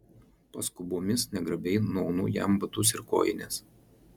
paskubomis negrabiai nuaunu jam batus ir kojines